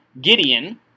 Gideon